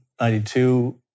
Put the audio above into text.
92